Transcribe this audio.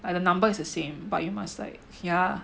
like the number is the same but you must like yeah